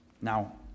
Now